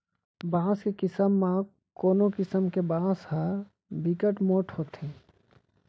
बांस के किसम म कोनो किसम के बांस ह बिकट मोठ होथे